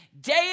Day